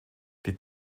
die